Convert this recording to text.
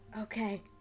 okay